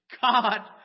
God